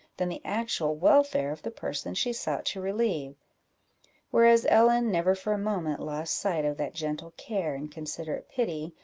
than the actual welfare of the person she sought to relieve whereas ellen never for a moment lost sight of that gentle care and considerate pity,